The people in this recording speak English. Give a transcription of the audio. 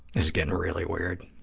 is getting really weird.